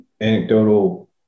anecdotal